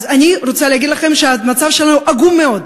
אני רוצה להגיד לכם שהמצב שלנו עגום מאוד.